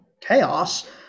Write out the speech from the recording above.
chaos